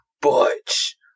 Butch